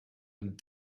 and